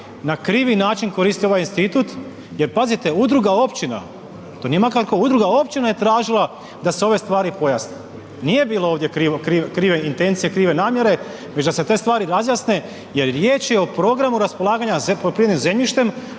na krivi način koristio ovaj institut. Jer pazite Udruga općina, to nije .../Govornik se ne razumije./... Udruga općina je tražila da se ove stvari pojasne. Nije bilo ovdje krive intencije, krive namjere već da se te stvari razjasne jer riječ je o programu raspolaganja poljoprivrednim zemljištem